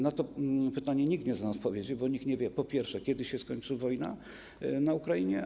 Na to pytanie nikt nie zna odpowiedzi, bo nikt nie wie, po pierwsze, kiedy się skończy wojna na Ukrainie.